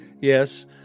Yes